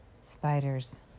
Spiders